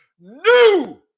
New